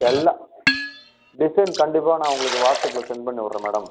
எல்லா டிசைன் கண்டிப்பாக நான் உங்களுக்கு வாட்ஸாப்பில் சென்ட் பண்ணிவிட்றன் மேடம்